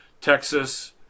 Texas